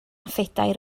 phedair